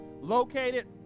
located